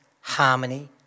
harmony